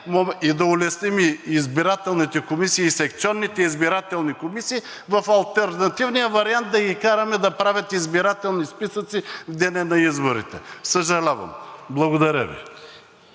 и да улесним и секционните избирателни комисии, в алтернативния вариант да ги караме да правят избирателни списъци в деня на изборите. Съжалявам! Благодаря Ви.